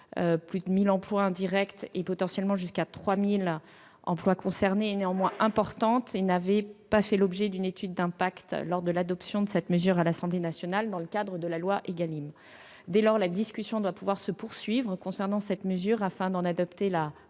plus de 1 000 emplois directs et, potentiellement, jusqu'à 3 000 emplois au total -est néanmoins importante, et n'avait pas fait l'objet d'une étude d'impact lors de l'adoption de cette mesure à l'Assemblée nationale dans le cadre de la loi ÉGALIM. Dès lors, la discussion doit pouvoir se poursuivre sur cette mesure, afin d'en adapter la